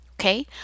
okay